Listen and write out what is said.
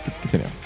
Continue